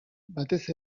batez